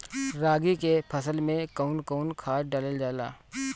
रागी के फसल मे कउन कउन खाद डालल जाला?